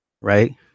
Right